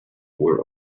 were